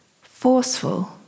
Forceful